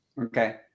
Okay